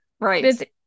Right